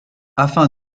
afin